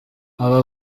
aba